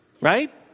right